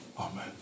Amen